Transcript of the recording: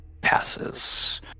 passes